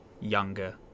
younger